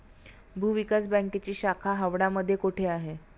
भूविकास बँकेची शाखा हावडा मध्ये कोठे आहे?